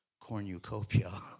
cornucopia